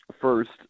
first